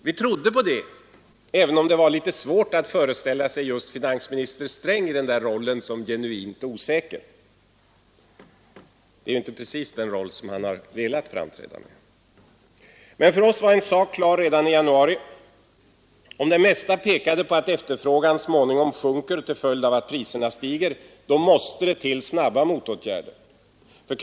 Vi trodde på det, även om det var litet svårt att föreställa sig finansminister Sträng i rollen som genuint osäker — det är ju inte precis den roll som han har velat framträda i. För oss var dock en sak klar redan i januari: eftersom det mesta pekade på att efterfrågan så småningom skulle sjunka till följd av prisstegringar, måste snabba motåtgärder sättas in.